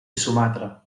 sumatra